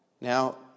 Now